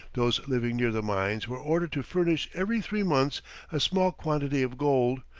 those living near the mines were ordered to furnish every three months a small quantity of gold,